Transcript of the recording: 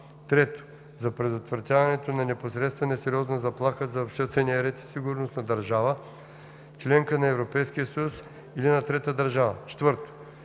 3. за предотвратяването на непосредствена и сериозна заплаха за обществения ред и сигурност на държава – членка на Европейския съюз, или на трета държава; 4.